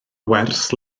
wers